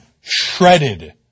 shredded